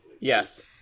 Yes